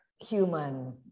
human